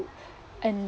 and